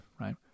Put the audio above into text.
right